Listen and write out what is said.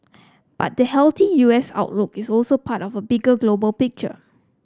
but the healthy U S outlook is also part of a bigger global picture